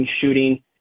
shooting